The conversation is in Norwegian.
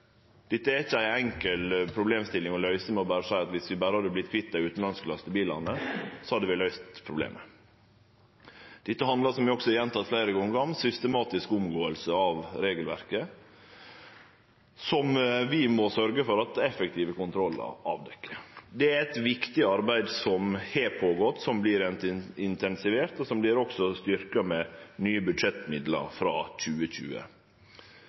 ei enkel problemstilling å løyse med berre å seie at dersom vi berre hadde vorte kvitt dei utanlandske lastebilane, hadde vi løyst problemet. Dette handlar, som eg også har gjenteke fleire gonger, om systematisk omgåing av regelverket, som vi må sørgje for at effektive kontrollar avdekkjer. Det er eit viktig arbeid som ein har halde på med, som vert intensivert, og som også vert styrkt med nye budsjettmidlar frå 2020.